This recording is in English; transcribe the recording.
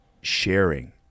sharing